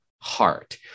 heart